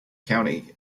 county